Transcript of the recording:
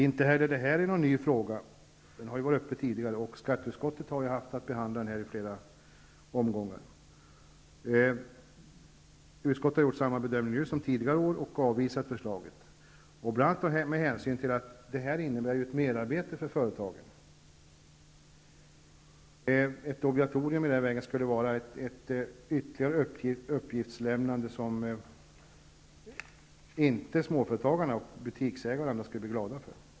Inte heller detta är någon ny fråga, och skatteutskottet har behandlat den i flera omgångar. Utskottet har gjort samma bedömning som tidigare år och avvisat förslaget, bl.a. med hänsyn till att det innebär ett merarbete för företagen. Ett obligatorium skulle vara ett ytterligare uppgiftslämnande som småföretagare, butiksägare och andra inte skulle bli glada över.